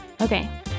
Okay